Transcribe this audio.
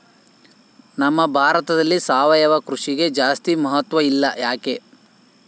ನಮ್ಮ ಭಾರತದಲ್ಲಿ ಸಾವಯವ ಕೃಷಿಗೆ ಜಾಸ್ತಿ ಮಹತ್ವ ಇಲ್ಲ ಯಾಕೆ?